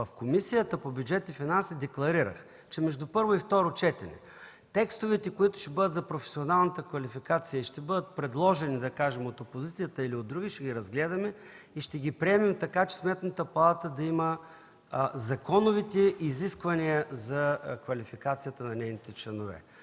В Комисията по бюджет и финанси декларирах, че между първо и второ четене текстовете, които ще бъдат за професионалната квалификация и ще бъдат предложени от опозицията или от други, ще ги разгледаме и ще ги приемем, така че Сметната палата да има законовите изисквания за квалификацията на нейните членове.